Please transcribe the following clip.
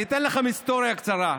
אני אתן לכם היסטוריה קצרה.